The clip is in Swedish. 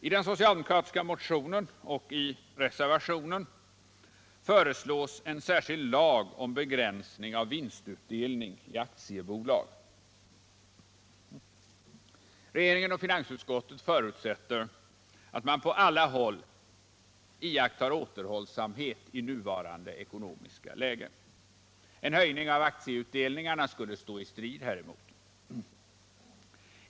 I den socialdemokratiska motionen och i reservationen föreslås vidare en särskild lag om begränsning av vinstutdelning i aktiebolag. Regeringen och finansutskottet förutsätter att man på alla håll iakttar återhållsamhet i nuvarande ekonomiska läge. En höjning av aktieutdelningarna skulle stå i strid häremot.